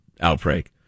outbreak